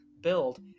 build